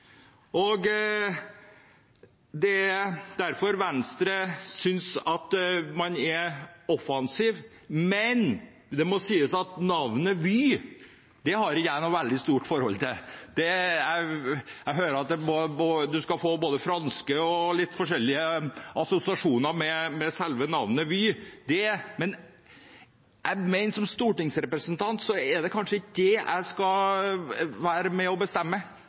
Det er derfor Venstre synes at man er offensive. Men det må sies at navnet Vy, det har jeg ikke noe veldig stort forhold til. Jeg hører at en skal få både franske og litt forskjellige assosiasjoner fra selve navnet Vy, men som stortingsrepresentant er det kanskje ikke det jeg skal være med og bestemme,